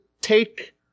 take